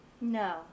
No